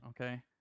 Okay